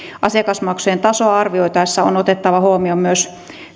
asiakasmaksujen tasoa arvioitaessa on otettava huomioon myös